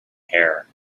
hair